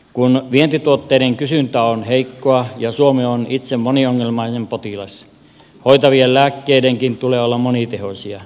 kun vientituotteiden kysyntä on heikkoa ja suomi on itse moniongelmainen potilas hoitavien lääkkeidenkin tulee olla monitehoisia